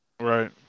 Right